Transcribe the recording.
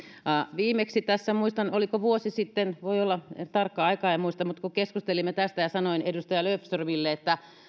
viimeksi oliko vuosi sitten voi olla tarkkaa aikaa en muista kun keskustelimme tästä ja sanoin edustaja löfströmille että